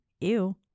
ew